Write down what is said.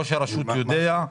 ראש הרשות יודע.